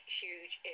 huge